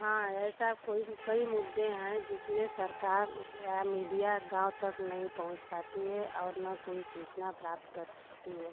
हाँ ऐसा कोई कई मुद्दे हैं जिसमें सरकार या मीडिया गाँव तक नहीं पहुँच पाती है और न कोई सूचना प्राप्त कर पाती है